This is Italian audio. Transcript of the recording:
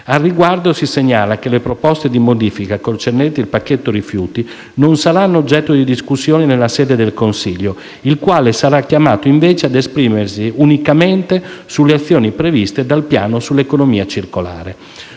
Al riguardo si segnala che le proposte di modifica concernenti il pacchetto rifiuti non saranno oggetto di discussione nella sede del Consiglio, il quale sarà chiamato, invece, ad esprimersi unicamente sulle azioni previste dal piano sull'economia circolare.